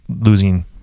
losing